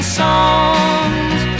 songs